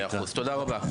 100%, תודה רבה.